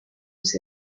was